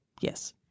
Yes